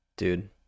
dude